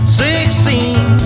sixteen